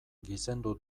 gizendu